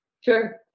Sure